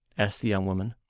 asked the young woman.